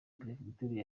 perefegitura